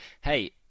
Hey